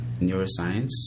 Neuroscience